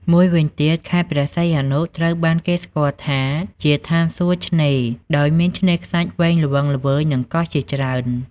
មួយវិញទៀតខេត្តព្រះសីហនុ ត្រូវបានគេស្គាល់ថាជា ឋានសួគ៌ឆ្នេរ ដោយមានឆ្នេរខ្សាច់វែងល្វឹងល្វើយ និងកោះជាច្រើន។